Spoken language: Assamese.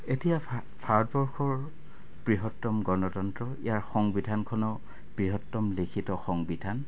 এতিয়া ভাৰতবৰ্ষৰ বৃহত্তম গণতন্ত্ৰ ইয়াৰ সংবিধানখনো বৃহত্তম লিখিত সংবিধান